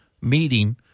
meeting